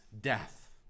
death